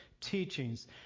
teachings